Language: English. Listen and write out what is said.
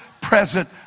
present